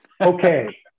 okay